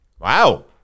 Wow